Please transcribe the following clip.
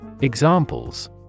Examples